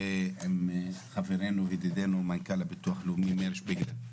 עם חברנו וידידנו מנכ"ל הביטוח הלאומי מאיר שפיגלר.